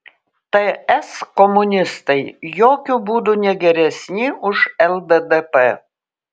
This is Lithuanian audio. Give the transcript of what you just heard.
ts komunistai jokiu būdu ne geresni už lddp